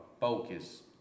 focus